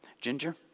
Ginger